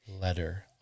letter